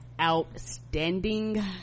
outstanding